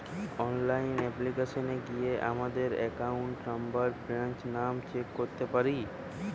online অ্যাপ্লিকেশানে গিয়া আমাদের একাউন্ট নম্বর, ব্রাঞ্চ নাম চেক করতে পারি